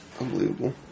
Unbelievable